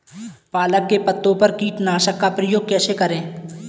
पालक के पत्तों पर कीटनाशक का प्रयोग कैसे करें?